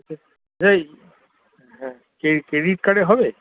হ্যাঁ credit credit কার্ডে হবে